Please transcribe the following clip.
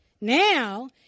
now